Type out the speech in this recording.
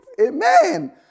Amen